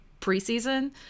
preseason